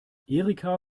erika